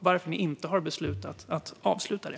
Varför har ni inte beslutat att avsluta det?